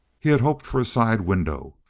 he had hoped for a side window.